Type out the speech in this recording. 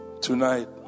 Tonight